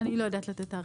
אני לא יודעת לתת תאריך.